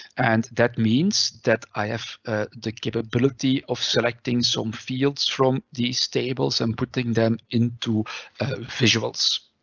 and that means that i have the capability of selecting some fields from this tables and putting them into visuals.